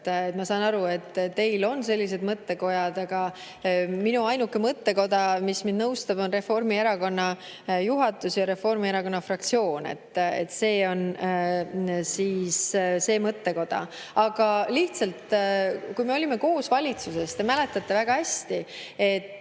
Ma saan aru, et teil on sellised mõttekojad, aga minu ainuke mõttekoda, mis mind nõustab, on Reformierakonna juhatus ja Reformierakonna fraktsioon. See on siis see mõttekoda. Aga te mäletate väga hästi, et